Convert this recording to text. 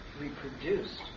reproduced